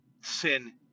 sin